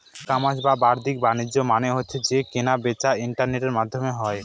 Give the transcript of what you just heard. ই commerce বা বাদ্দিক বাণিজ্য মানে হচ্ছে যে কেনা বেচা ইন্টারনেটের মাধ্যমে হয়